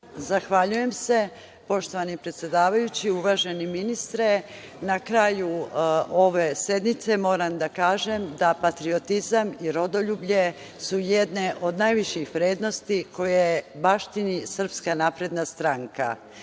Zahvaljujem. Poštovani predsedavajući, uvaženi ministre, na kraju ove sednice moram da kažem da patriotizam i rodoljublje su jedne od najviših vrednosti koje baštini SNS, za razliku